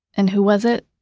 and who was it?